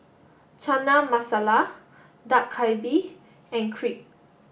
Chana Masala Dak Galbi and Crepe